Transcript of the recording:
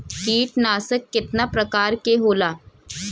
कीटनाशक केतना प्रकार के होला?